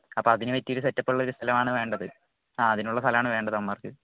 അപ്പം അതിന് പറ്റിയ ഒരു സെറ്റപ്പ് ഉള്ള ഒരു സ്ഥലമാണ് വേണ്ടത് ആ അതിനുള്ള സ്ഥലമാണ് വേണ്ടത് അവന്മാർക്ക്